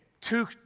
two